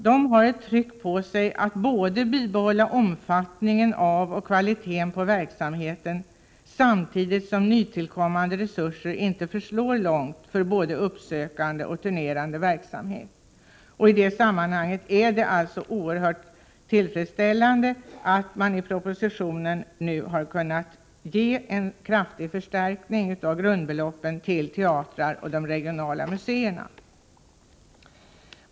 De har ett tryck på sig att bibehålla omfattningen av och kvaliteten på verksamheten, samtidigt som nytillkommande resurser inte förslår långt för både uppsökande och turnerande verksamhet. I detta sammanhang är det alltså mycket tillfredsställande att man i propositionen nu har kunnat föreslå en kraftig förstärkning av grundbeloppet till teatrar och till de regionala museerna.